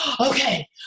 okay